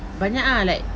banyak ah like